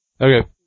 Okay